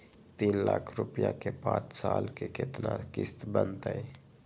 तीन लाख रुपया के पाँच साल के केतना किस्त बनतै?